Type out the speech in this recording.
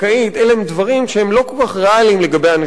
אלה דברים שהם לא כל כך ריאליים לגבי האנשים האלה.